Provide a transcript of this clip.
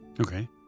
Okay